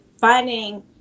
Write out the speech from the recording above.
finding